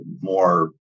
more